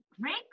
Great